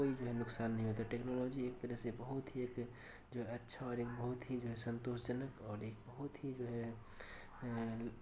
کوئی جو ہے نقصان نہیں ہوتا ٹیکنالوجی ایک طرح سے بہت ہی ایک جو ہے اچھا اور ایک بہت ہی جو ہے سنتوش جنک اور ایک بہت ہی جو ہے